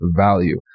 value